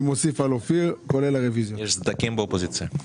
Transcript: יש סדקים באופוזיציה.